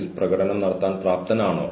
അതിൽ ഞാൻ അഭിപ്രായം പറയുന്നില്ല